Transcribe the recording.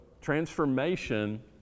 transformation